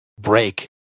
break